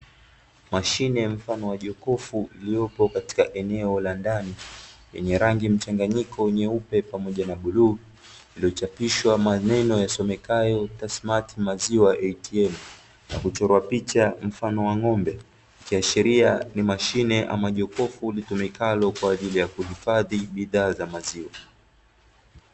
Mashine ya mfano wa jokofu, lililopo katika eneo la ndani, yenye mchanganyiko; nyeupe pamoja na bluu, yaliyochapishwa maneno yasomekayo "TASSMATT MAZIWA ATM" na kuchorwa picha mfano wa ngombe, ikiashiria ni mashine au jokofu litumikalo kwa jili ya kuhifadhia bidhaa za maziwa.